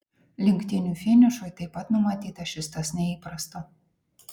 lenktynių finišui taip pat numatyta šis tas neįprasto